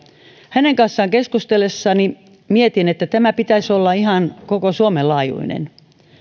hänen kanssaan keskustellessani mietin että tämän pitäisi olla ihan koko suomen laajuinen